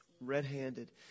Red-handed